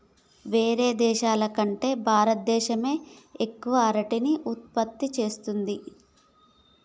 వేరే దేశాల కంటే భారత దేశమే ఎక్కువ అరటిని ఉత్పత్తి చేస్తంది